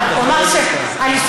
מחמאות.